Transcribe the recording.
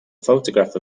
photograph